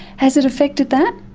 has it affected that?